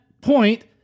point